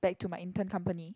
back to my intern company